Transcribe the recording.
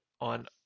on